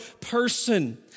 person